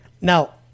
Now